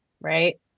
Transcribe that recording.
right